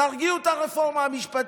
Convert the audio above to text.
תרגיעו את הרפורמה המשפטית,